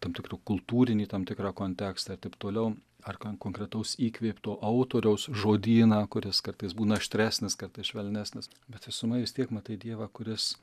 tam tikrą kultūrinį tam tikrą kontekstą ir taip toliau ar kon konkretaus įkvėpto autoriaus žodyną kuris kartais būna aštresnis kartais švelnesnis bet visumoj vis tiek matai dievą kuris